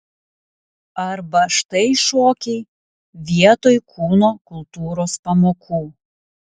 arba štai šokiai vietoj kūno kultūros pamokų